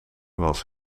was